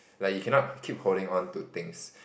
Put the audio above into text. like you cannot keep holding on to things